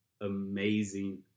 Amazing